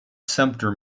sumpter